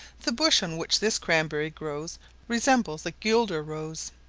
the bush on which this cranberry grows resembles the guelder rose.